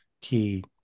key